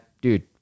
dude